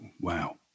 Wow